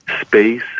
space